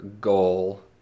goal